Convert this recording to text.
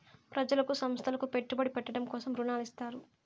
ప్రజలకు సంస్థలకు పెట్టుబడి పెట్టడం కోసం రుణాలు ఇత్తారు